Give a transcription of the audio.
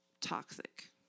toxic